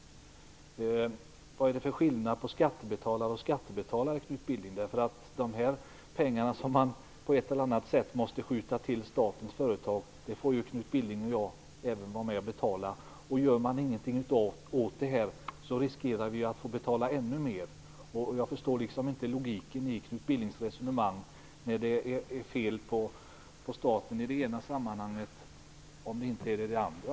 Vad är det för skillnad på skattebetalare och skattebetalare, Knut Billing? Dessa pengar som på ett eller annat sätt måste skjutas till statens företag får även Knut Billing och jag vara med och betala. Gör man ingenting åt detta riskerar vi att få betala ännu mycket mer. Jag förstår inte logiken i Knut Billings resonemang. Om det är fel på staten i det ena sammanhanget så är det väl så också i det andra?